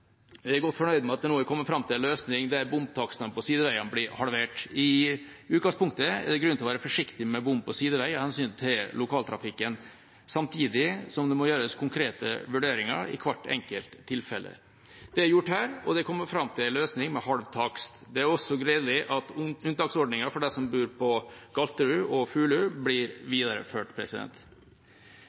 Jeg er godt fornøyd med at man nå er kommet fram til en løsning der bomtakstene på sideveiene blir halvert. I utgangspunktet er det grunn til å være forsiktig med bom på sidevei av hensyn til lokaltrafikken, samtidig som det må gjøres konkrete vurderinger i hvert enkelt tilfelle. Det er gjort her, og man er kommet fram til en løsning med halv takst. Det er også gledelig at unntaksordningen for dem som bor på Galterud og Fulu, blir videreført.